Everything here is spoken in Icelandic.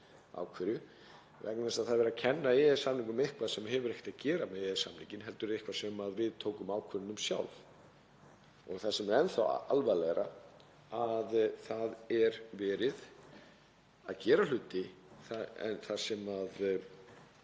Vegna þess að það er verið að kenna EES-samningnum um eitthvað sem hefur ekkert að gera með EES-samninginn heldur er eitthvað sem við tókum ákvörðun um sjálf. Það sem er enn þá alvarlegra er að það er verið að gera hluti sem